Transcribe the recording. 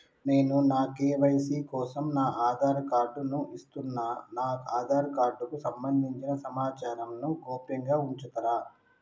నేను నా కే.వై.సీ కోసం నా ఆధార్ కార్డు ను ఇస్తున్నా నా ఆధార్ కార్డుకు సంబంధించిన సమాచారంను గోప్యంగా ఉంచుతరా?